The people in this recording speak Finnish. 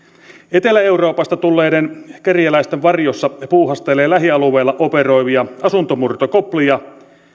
etelä euroopasta tulleiden kerjäläisten varjossa puuhastelee lähialueilla operoivia asuntomurtokoplia